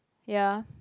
ya